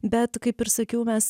bet kaip ir sakiau mes